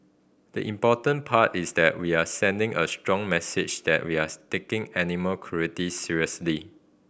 the important part is that we are sending a strong message that we are taking animal cruelty seriously